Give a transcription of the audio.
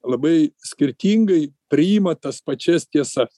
labai skirtingai priima tas pačias tiesas